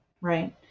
Right